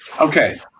Okay